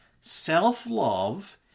self-love